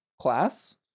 class